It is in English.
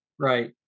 right